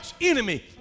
enemy